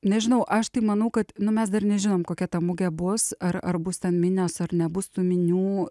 nežinau aš tai manau kad nu mes dar nežinom kokia ta mugė bus ar ar bus ten minios ar nebus tų minių